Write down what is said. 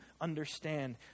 understand